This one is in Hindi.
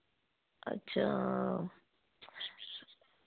अच्छा